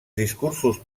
discursos